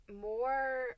more